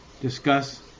discuss